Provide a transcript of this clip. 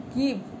give